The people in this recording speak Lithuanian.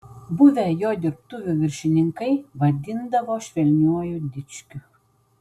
buvę jo dirbtuvių viršininkai vadindavo švelniuoju dičkiu